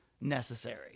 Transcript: necessary